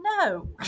no